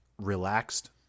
relaxed